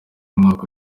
umwaka